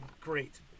great